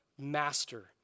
master